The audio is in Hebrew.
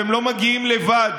והם לא מגיעים לבד,